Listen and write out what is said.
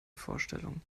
vorstellung